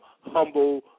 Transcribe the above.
humble